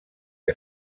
que